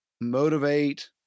motivate